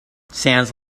sounds